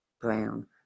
Brown